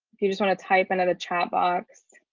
you just want to type into the chat box.